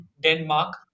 denmark